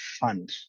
fund